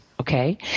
okay